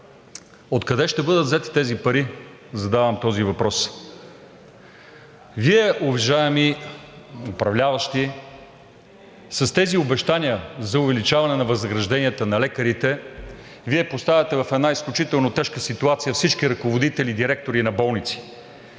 Откъде ще бъдат взети тези пари – задавам този въпрос? Вие, уважаеми управляващи, с тези обещания за увеличаване на възнагражденията на лекарите поставяте в една изключително тежка ситуация всички ръководители, директори на болници.